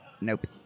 nope